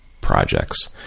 projects